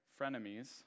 frenemies